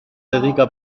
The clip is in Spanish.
dedica